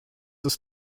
ist